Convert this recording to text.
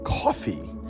Coffee